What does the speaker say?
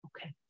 Okay